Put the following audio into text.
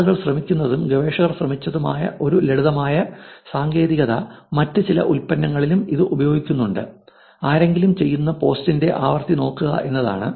ആളുകൾ ശ്രമിക്കുന്നതും ഗവേഷകർ ശ്രമിച്ചതുമായ ഒരു ലളിതമായ സാങ്കേതികത മറ്റ് ചില ഉൽപ്പന്നങ്ങളിലും ഇത് ഉപയോഗിക്കുന്നുണ്ട് ആരെങ്കിലും ചെയ്യുന്ന പോസ്റ്റിന്റെ ആവൃത്തി നോക്കുക എന്നതാണ്